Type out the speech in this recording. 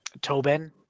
Tobin